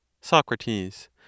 Socrates